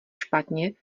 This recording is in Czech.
špatně